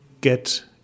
get